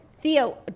Theo